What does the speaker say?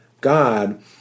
God